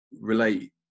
relate